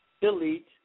Delete